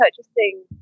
purchasing